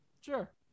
Sure